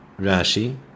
Rashi